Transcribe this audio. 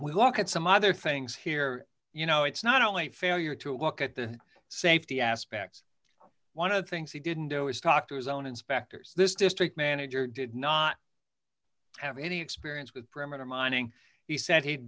we look at some other things here you know it's not only failure to look at the safety aspects one of the things he didn't do is talk to his own inspectors this district manager did not have any experience with perimeter mining he said he'd